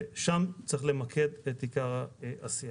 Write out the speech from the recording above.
ושם צריך למקד את עיקר העשייה.